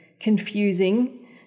confusing